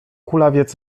kulawiec